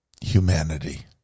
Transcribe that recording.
humanity